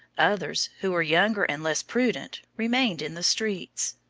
others, who were younger and less prudent, remained in the streets.